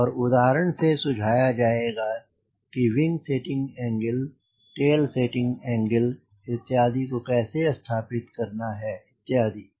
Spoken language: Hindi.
और उदाहरणों से सुझाया जायेगा कि विंग सेटिंग एंगलwing setting angle० टेल सेटिंग एंगल इत्यादि को कैसे स्थापित करना है इत्यादि